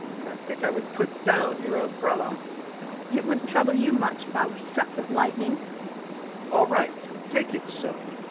and i think i would put down your umbrella it wouldn't trouble you much if i were struck with lightning all right, take it so.